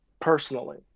personally